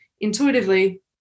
intuitively